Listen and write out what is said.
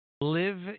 live